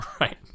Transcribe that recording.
Right